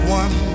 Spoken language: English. one